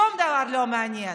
שום דבר לא מעניין,